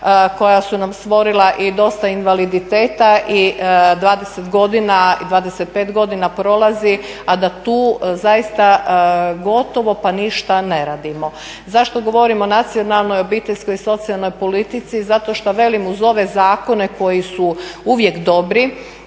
koja su nam stvorila i dosta invaliditeta i 20 godina, 25 godina prolazi a da tu zaista gotovo pa ništa ne radimo. Zašto govorim o nacionalnoj obiteljskoj i socijalnoj politici? Zato što velim uz ove zakone koji su uvijek dobri